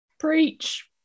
preach